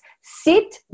sit